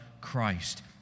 Christ